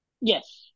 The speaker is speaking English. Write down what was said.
Yes